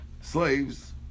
slaves